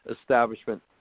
establishment